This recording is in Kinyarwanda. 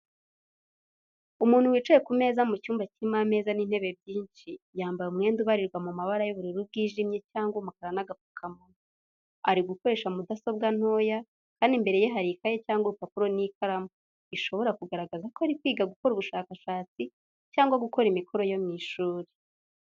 Umuntu wicaye ku meza mu cyumba kirimo ameza n'intebe byinshi, yambaye umwenda ubarirwa mu mabara y'ubururu bwijimye cyangwa umukara n'agapfukamunwa. Ari gukoresha mudasobwa ntoya, kandi imbere ye hari ikaye cyangwa urupapuro n’ikaramu, bishobora kugaragaza ko ari kwiga gukora ubushakashatsi cyangwa gukora imikoro yo mu ishuri.